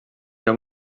amb